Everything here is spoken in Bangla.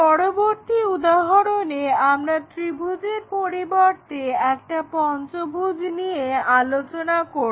পরবর্তী উদাহরণে আমরা ত্রিভুজের পরিবর্তে একটা পঞ্চভুজ নিয়ে পর্যালোচনা করব